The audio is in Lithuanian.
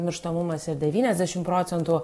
mirštamumas ir devyniasdešimt procentų